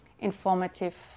informative